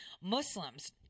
Muslims